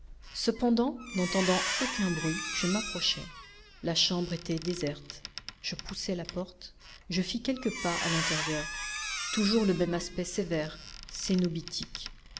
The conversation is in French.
cependant n'entendant aucun bruit je m'approchai la chambre était déserte je poussai la porte je fis quelques pas à l'intérieur toujours le même aspect sévère cénobitique